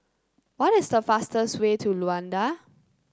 what is the fastest way to Luanda